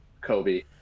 Kobe